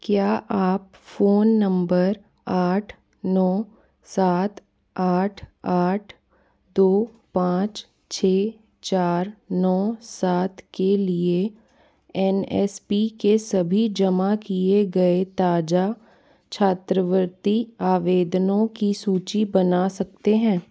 क्या आप phone number आठ नौ सात आठ आठ दो पाँच छः चार नौ सात के लिए एन एस पी के सभी जमा किए गए ताज़ा छात्रवृत्ति आवेदनों की सूची बना सकते हैं